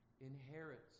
inherits